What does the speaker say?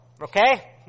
Okay